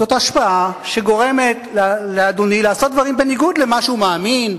זאת השפעה שגורמת לאדוני לעשות דברים בניגוד למה שהוא מאמין,